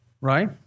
Right